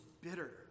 bitter